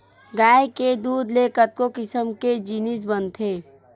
गाय के दूद ले कतको किसम के जिनिस बनथे